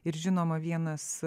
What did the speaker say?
ir žinoma vienas